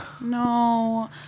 No